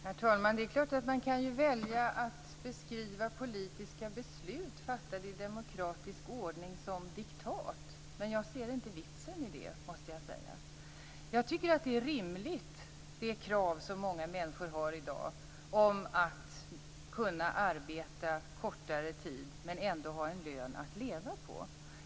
Herr talman! Det är klart att man kan välja att beskriva politiska beslut fattade i demokratisk ordning som diktat men jag måste säga att jag inte ser någon vits med det. Jag tycker att det krav som många människor i dag har är rimligt, nämligen att kunna arbeta kortare tid men ändå ha en lön att leva på.